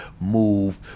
move